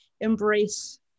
embrace